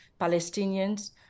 Palestinians